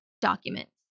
documents